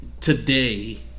today